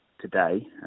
today